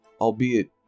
Albeit